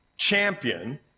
champion